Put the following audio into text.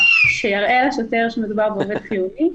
יראה לשוטר שמדובר בעובד חיוני,